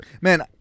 Man